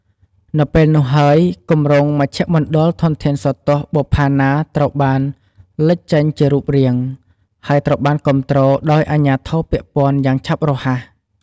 នៅពេលនោះហើយគម្រោងមជ្ឈមណ្ឌលធនធានសោទស្សន៍បុប្ផាណាត្រូវបានលេចចេញជារូបរាង ហើយត្រូវបានគាំទ្រដោយអាជ្ញាធរពាក់ព័ន្ធយ៉ាងឆាប់រហ័ស។